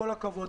כל הכבוד.